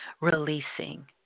releasing